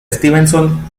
stevenson